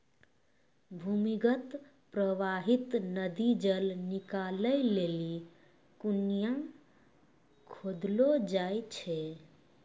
भूमीगत परबाहित नदी जल निकालै लेलि कुण्यां खोदलो जाय छै